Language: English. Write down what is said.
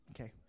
Okay